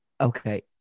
Okay